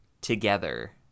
together